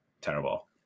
terrible